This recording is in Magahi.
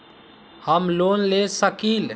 हम लोन ले सकील?